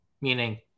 meaning –